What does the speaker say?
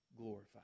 glorified